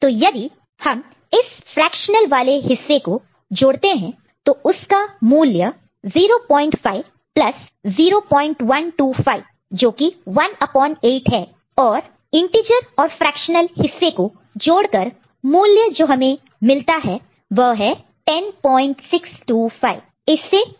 तो यदि हम इस फ्रेक्शनल वाले हिस्से को जोड़ते ऐड add करते हैं हैं तो उसका मूल्य 05 प्लस 0125 जोकि 1 upon 8 है और इंटीजर और फ्रेक्शनल हिस्से को जोड़कर ऐड add मूल्य जो हमें मिलता है वह है 10625